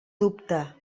dubte